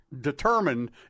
determined